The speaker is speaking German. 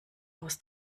aus